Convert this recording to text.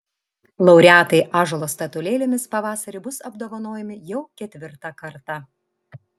laureatai ąžuolo statulėlėmis pavasarį bus apdovanojami jau ketvirtą kartą